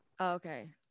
okay